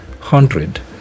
hundred